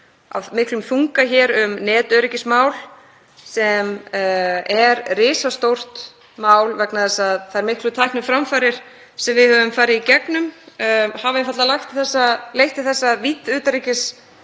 af miklum þunga hér um netöryggismál sem er risastórt mál vegna þess að þær miklu tækniframfarir sem við höfum farið í gegnum hafa einfaldlega leitt til þess að vídd